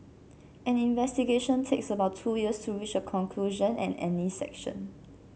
any investigation takes about two years to reach a conclusion and any sanction